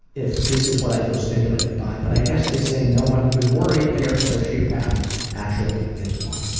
if this is what i feel stimulated by, but i guess they say no one who is worried they are a sociopath actually is one.